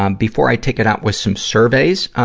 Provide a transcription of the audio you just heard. um before i take it out with some surveys, ah,